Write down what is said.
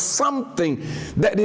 something that